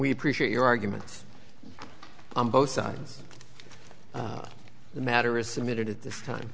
we appreciate your arguments on both sides of the matter is submitted at this time